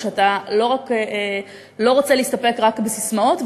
ושאתה לא רוצה להסתפק רק בססמאות,